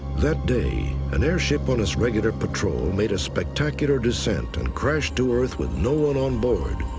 that day, an airship on its regular patrol made a spectacular descent and crashed to earth with no one on board.